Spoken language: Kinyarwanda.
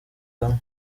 hamwe